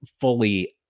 fully